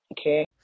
Okay